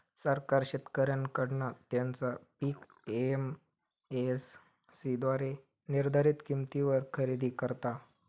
सरकार शेतकऱ्यांकडना त्यांचा पीक एम.एस.सी द्वारे निर्धारीत किंमतीवर खरेदी करता